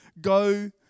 go